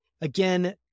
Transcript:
again